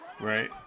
right